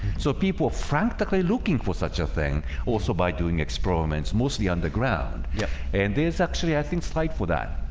so people frantically looking for such a thing also by doing experiments mostly underground yeah, and there's actually i think slide for that